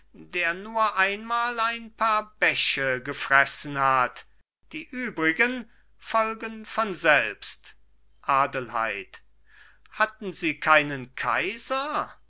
der nur einmal ein paar bäche gefressen hat die übrigen folgen von selbst adelheid hatten sie keinen kaiser